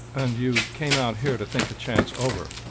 and you came out here to think the chance over?